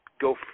go